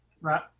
Right